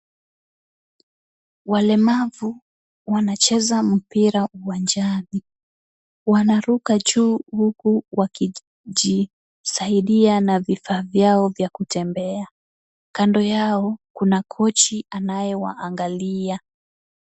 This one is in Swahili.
Walemavu wanacheza mpira uwanjani. Wanaruka juu huku wakijisaidia na vifaa vyao vya kutembea. Kando yao kuna kochi anayewaangalia.